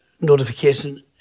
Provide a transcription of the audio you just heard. notification